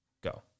go